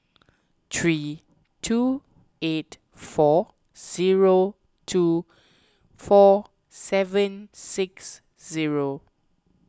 three two eight four zero two four seven six zero